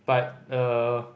but err